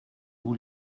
vous